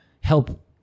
help